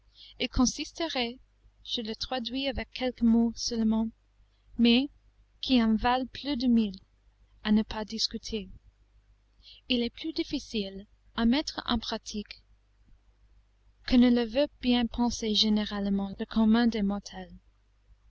il consisterait je le traduis avec quelques mots seulement mais qui en valent plus de mille à ne pas discuter il est plus difficile à mettre en pratique que ne le veut bien penser généralement le